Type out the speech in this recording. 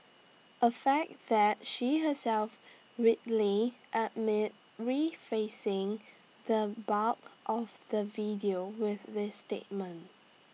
A fact that she herself readily admitted refacing the bulk of the video with this statement